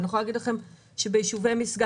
ואני יכולה להגיד לכם שביישובי משגב,